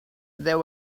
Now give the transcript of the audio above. there